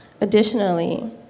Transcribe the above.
Additionally